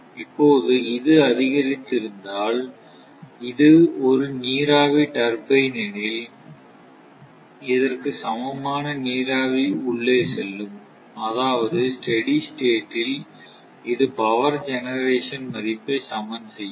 இப்போது அது அதிகரித்து இருந்தால் இது ஒரு நீராவி டர்பைன் எனில் இதற்கு சமமான நீராவி உள்ளே செல்லும் அதாவது ஸ்டெடி ஸ்டேட்டில் இது பவர் ஜெனரேஷன் மதிப்பை சமன் செய்யும்